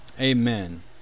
Amen